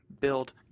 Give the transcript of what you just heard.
build